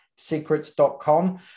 secrets.com